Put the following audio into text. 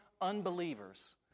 unbelievers